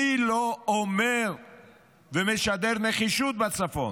מי לא אומר ומשדר נחישות בצפון?